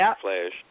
Flash